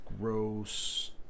gross